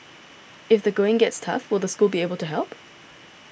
if the going gets tough will the school be able to help